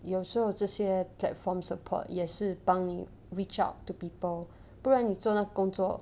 有时候这些 platform support 也是帮你 reach out to people 不然你做那工作